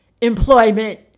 employment